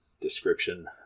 description